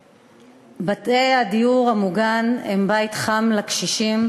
בתי הדיור המוגן הם בית חם לקשישים,